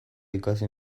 ikasi